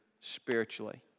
spiritually